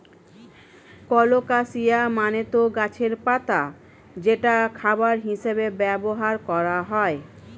colocasia মানে তো গাছের পাতা যেটা খাবার হিসেবে ব্যবহার করা হয়